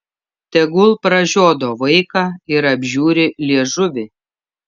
tegul pražiodo vaiką ir apžiūri liežuvį